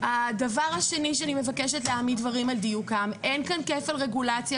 הדבר השני שאני מבקשת להעמיד על דיוקו אין כאן כפל רגולציה,